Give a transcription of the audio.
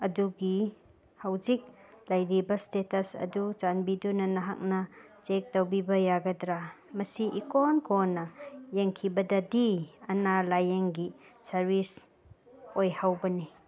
ꯑꯗꯨꯒꯤ ꯍꯧꯖꯤꯛ ꯂꯩꯔꯤꯕ ꯏꯁꯇꯦꯇꯁ ꯑꯗꯨ ꯆꯥꯟꯕꯤꯗꯨꯅ ꯅꯍꯥꯛꯅ ꯆꯦꯛ ꯇꯧꯕꯤꯕ ꯌꯥꯒꯗ꯭ꯔꯥ ꯃꯁꯤ ꯏꯀꯣꯟ ꯀꯣꯟꯅ ꯌꯦꯡꯈꯤꯕꯗꯗꯤ ꯑꯅꯥ ꯂꯥꯏꯌꯦꯡꯒꯤ ꯁꯥꯔꯕꯤꯁ ꯑꯣꯏꯍꯧꯕꯅꯤ